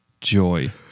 joy